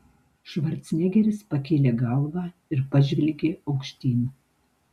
švarcnegeris pakėlė galvą ir pažvelgė aukštyn